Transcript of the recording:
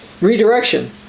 redirection